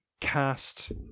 Cast